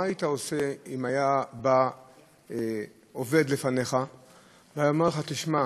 מה היית עושה אם היה בא עובד לפניך והיה אומר לך: תשמע,